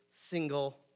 single